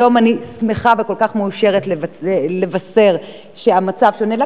היום אני שמחה וכל כך מאושרת לבשר שהמצב שונה.